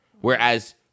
Whereas